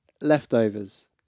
Leftovers